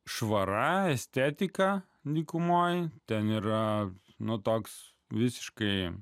švara estetika nykumoj ten yra nuo toks visiškai